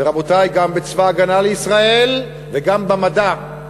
ורבותי, גם בצבא הגנה לישראל וגם במדע,